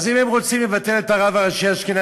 אז אם הם רוצים לבטל את משרת הרב הראשי האשכנזי,